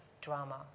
drama